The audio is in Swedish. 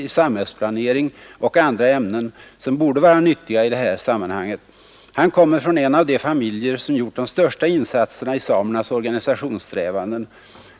i samhällsplanering och andra ämnen, som borde vara nyttiga i det här sammanhanget. Han kommer från en av de familjer som gjort de största insatserna i samernas organisationsarbete.